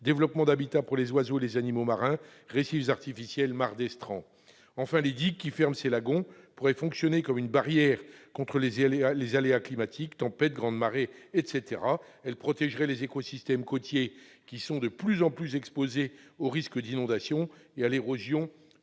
développement d'habitats pour les oiseaux et les animaux marins, des récifs artificiels ou des mares d'estran. Enfin, les digues qui ferment ces lagons pourraient fonctionner comme une barrière contre les aléas climatiques- tempêtes, grandes marées, etc. Elles protègeraient les écosystèmes côtiers, qui sont de plus en plus exposés au risque d'inondation et à l'érosion